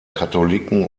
katholiken